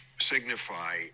signify